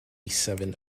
seven